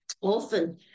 often